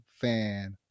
fan